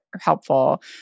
helpful